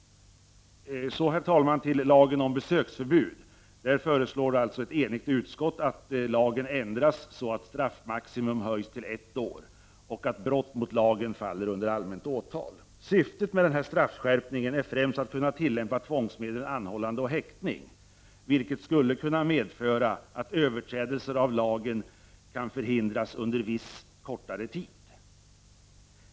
Så till lagen om besöksförbud. Ett enigt utskott föreslår att lagen ändras så att straffmaximum höjs till ett år och att brott mot lagen faller under allmänt åtal. Syftet med straffskärpningen är främst att kunna tillämpa tvångsmedlen anhållande och häktning, vilket skulle kunna medföra att överträdelser av lagen kan förhindras under viss kortare tid.